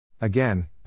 Again